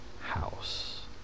house